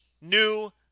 new